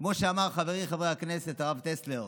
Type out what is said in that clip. כמו שאמר חברי חבר הכנסת הרב טסלר,